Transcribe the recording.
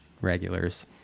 regulars